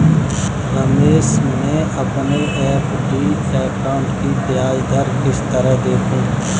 रमेश मैं अपने FD account की ब्याज दर किस तरह देखूं?